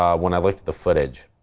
um when i looked at the footage.